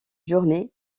journée